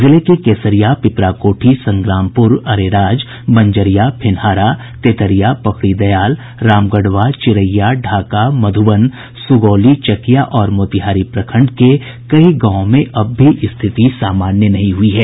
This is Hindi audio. जिले के केसरिया पिपरा कोठी संग्रामपुर अरेराज बंजरिया फेनहारा तेतरिया पकड़ी दयाल रामगढ़वा चिरैया ढ़ाका मधुबन सुगौली चकिया और मोतिहारी प्रखंड के कई गांवों में अब भी स्थिति सामान्य नहीं हुई है